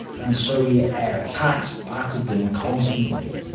and soviet air attacks battered them constantly.